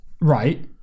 right